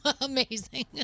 amazing